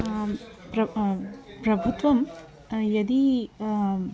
प्र प्रभुत्वं यदि